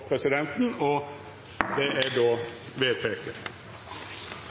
presidenten, og det er